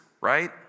right